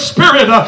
Spirit